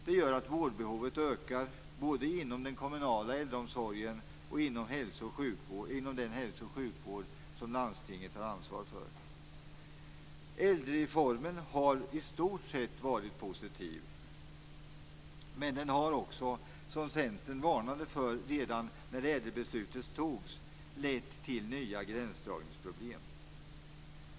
Det gör att vårdbehovet ökar, både inom den kommunala äldreomsorgen och inom den hälso och sjukvård som landstinget har ansvar för. Ädelreformen har i stort sett varit positiv. Men den har också, som Centern varnade för redan när ädelbeslutet togs, lett till nya gränsdragningsproblem.